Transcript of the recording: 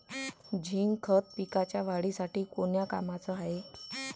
Zinc खत पिकाच्या वाढीसाठी कोन्या कामाचं हाये?